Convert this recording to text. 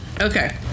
Okay